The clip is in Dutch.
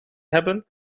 hebben